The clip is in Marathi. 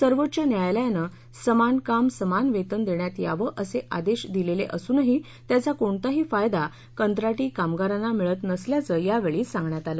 सर्वोच्च न्यायालयानं समान काम समान वेतन देण्यात यावं असे आदेश दिलेला असूनही त्याचा कोणताही फायदा कंत्राटी कामगारांना मिळत नसल्याचं यावेळी सांगण्यात आलं